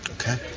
Okay